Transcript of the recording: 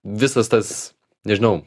visas tas nežinau